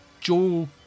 Joel